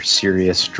serious